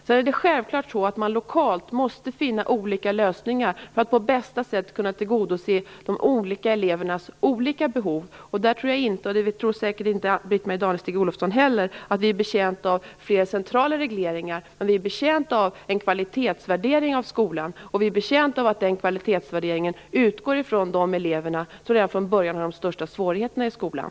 Sedan måste man naturligtvis lokalt finna olika lösningar för att på bästa sätt kunna tillgodose de olika elevernas behov. Där tror jag inte - och det tror säkert inte Britt-Marie Danestig-Olofsson heller - att vi är betjänta av fler centrala regeringar. Men vi är betjänta av en kvalitetsvärdering av skolan, och vi är betjänta av att den kvalitetsvärderingen utgår från de elever som redan från början har de största svårigheterna i skolan.